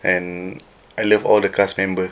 and I love all the cast member